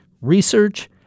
research